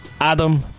Adam